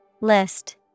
List